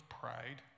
pride